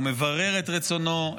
ומברר את רצונו,